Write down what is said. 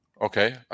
Okay